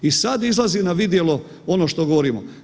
I sad izlazi na vidjelo ono što govorimo.